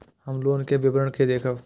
हम लोन के विवरण के देखब?